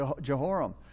Jehoram